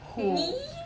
who